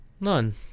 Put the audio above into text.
None